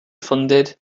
funded